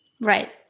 Right